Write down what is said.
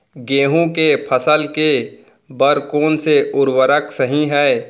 गेहूँ के फसल के बर कोन से उर्वरक सही है?